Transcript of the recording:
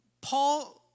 Paul